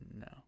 No